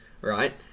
Right